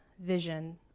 vision